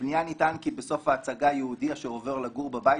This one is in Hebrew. בפנייה נטען כי בסוף ההצגה יהודי אשר עובר לגור בבית,